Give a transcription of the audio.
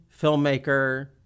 filmmaker